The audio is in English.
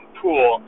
pool